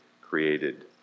created